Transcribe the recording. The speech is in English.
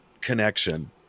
connection